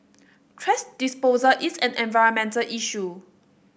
thrash disposal is an environmental issue